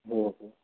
हो हो